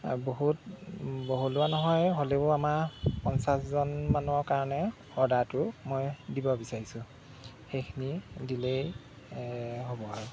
বহুত বহলোৱা নহয় হ'লেও আমাৰ পঞ্চাছজনমানৰ কাৰণে অৰ্ডাৰটো মই দিব বিচাৰিছোঁ সেইখিনি দিলেই হ'ব আৰু